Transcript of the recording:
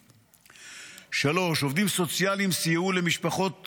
3. עובדים סוציאליים סייעו למשפחות